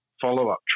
follow-up